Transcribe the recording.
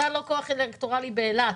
אתה לא כוח אלקטורלי באילת.